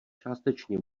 částečně